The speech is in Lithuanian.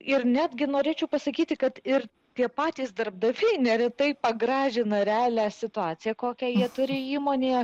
ir netgi norėčiau pasakyti kad ir tie patys darbdaviai neretai pagražina realią situaciją kokią jie turi įmonėje